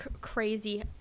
crazy